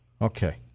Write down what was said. Okay